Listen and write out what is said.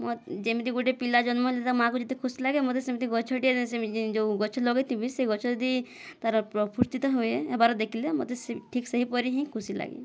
ମୋ ଯେମିତି ଗୋଟେ ପିଲା ଜନ୍ମ ହେଲେ ତା ମାଆକୁ ଯେତେ ଖୁସି ଲାଗେ ମୋତେ ସେମିତି ଗଛଟିଏ ଯେଉଁ ଗଛ ଲଗେଇଥିବି ସେ ଗଛ ଯଦି ତାର ପ୍ରଫୁର୍ତୀତ୍ତ ହୁଏ ହେବାର ଦେଖିଲେ ମୋତେ ଠିକ୍ ସେହିପରି ହିଁ ଖୁସି ଲାଗେ